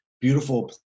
beautiful